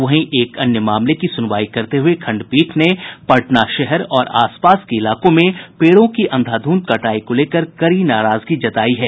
वहीं एक अन्य मामले की सुनवाई करते हुये खंडपीठ ने पटना शहर और आसपास के इलाकों में पेड़ों की अंधाध्रंध कटाई को लेकर कड़ी नाराजगी जतायी है